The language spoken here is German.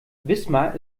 wismar